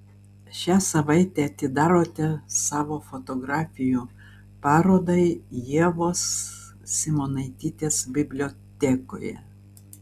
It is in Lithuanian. šią savaitę atidarote savo fotografijų parodą ievos simonaitytės bibliotekoje